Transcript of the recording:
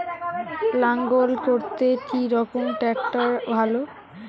লাঙ্গল করতে কি রকম ট্রাকটার ভালো?